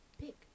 pick